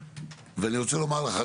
אני רוצה לומר לך,